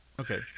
Okay